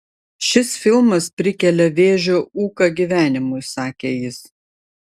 šis filmas prikelia vėžio ūką gyvenimui sakė jis